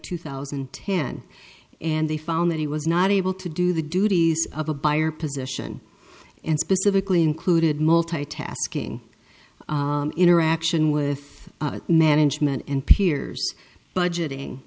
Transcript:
two thousand and ten and they found that he was not able to do the duties of a buyer position and specifically included multitasking interaction with management and peers budgeting